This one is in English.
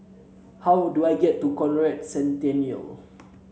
how do I get to Conrad Centennial